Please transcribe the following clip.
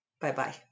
Bye-bye